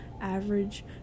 average